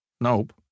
Nope